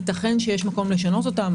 ייתכן שיש מקום לשנות אותם,